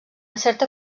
certa